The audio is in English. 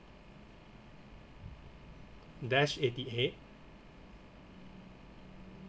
dash eighty eight